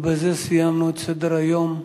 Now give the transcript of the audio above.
ובזה סיימנו את סדר-היום.